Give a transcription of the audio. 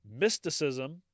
mysticism